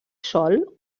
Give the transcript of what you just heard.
sol